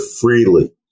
freely